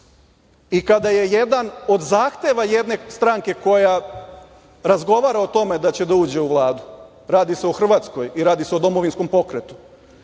i kada je jedan od zahteva jedne stranke koja razgovara o tome da će da uđe u Vladu, radi se o Hrvatskoj i radi se o domovinskom pokretu,